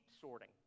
sorting